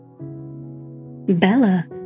Bella